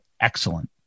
Excellent